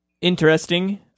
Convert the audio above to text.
interesting